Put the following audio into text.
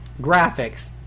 Graphics